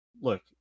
look